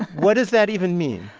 what does that even mean?